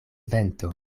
vento